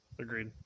Agreed